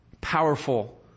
powerful